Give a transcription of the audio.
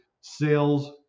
sales